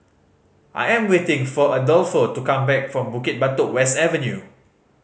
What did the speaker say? I am waiting for Adolfo to come back from Bukit Batok West Avenue